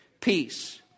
peace